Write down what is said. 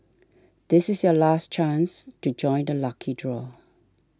this is your last chance to join the lucky draw